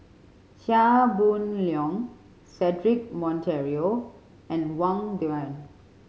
Chia Boon Leong Cedric Monteiro and Wang Dayuan